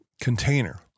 container